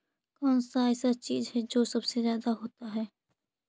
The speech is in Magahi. कौन सा ऐसा चीज है जो सबसे ज्यादा होता है?